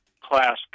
class